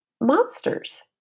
monsters